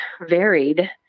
varied